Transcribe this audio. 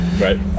Right